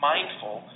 mindful